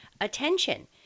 attention